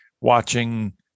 watching